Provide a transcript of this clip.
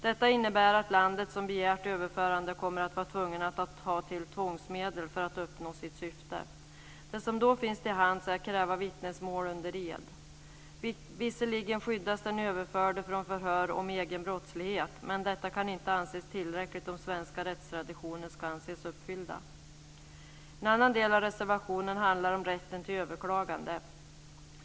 Detta innebär att landet som begärt överförande kommer att vara tvunget att ta till tvångsmedel för att uppnå sitt syfte. Det som då finns till hands är att kräva vittnesmål under ed. Visserligen skyddas den överförde från förhör om egen brottslighet, men detta kan inte anses tillräckligt om svenska rättstraditioner ska anses vara uppfyllda. En annan del av reservationen handlar om rätten till överklagande.